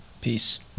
peace